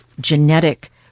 genetic